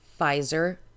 Pfizer